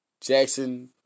Jackson